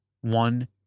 one